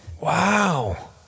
Wow